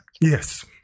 Yes